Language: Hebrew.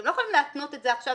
אתם לא יכולים להתנות את זה עכשיו